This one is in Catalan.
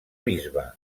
bisbe